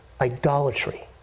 idolatry